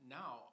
now